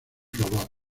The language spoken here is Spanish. robot